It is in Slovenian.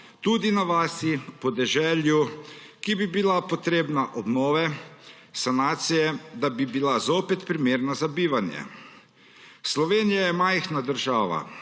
tudi na vasi, podeželju, ki bi bila potrebna obnove, sanacije, da bi bila zopet primerna za bivanje. Slovenija je majhna država,